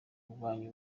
kurwanya